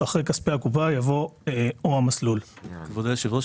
אחרי "כספי הקופה" יבוא "או המסלול"; כבוד היושב-ראש,